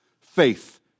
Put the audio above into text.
faith